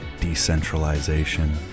decentralization